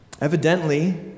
Evidently